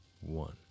one